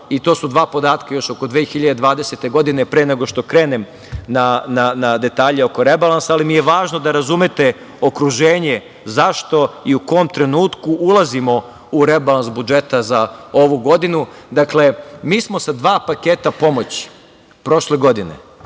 to su dva podatka. Još oko 2020. godine, pre nego što krenem na detalje oko rebalansa, ali mi je važno da razumete okruženje zašto i u kom trenutku ulazimo u rebalans budžeta za ovu godinu. Dakle, mi smo sa dva paketa pomoći prošle godine